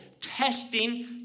testing